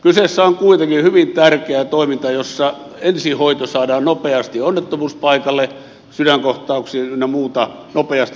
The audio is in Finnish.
kyseessä on kuitenkin hyvin tärkeä toiminta jossa ensihoito saadaan nopeas ti onnettomuuspaikalle sydänkohtauksiin ynnä muuhun nopeasti apua